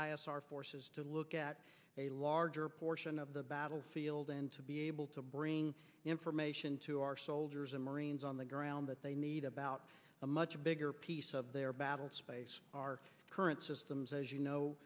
our forces to look at a larger portion of the battlefield and to be able to bring information to our soldiers and marines on the ground that they need about a much bigger piece of their battle space our current systems as you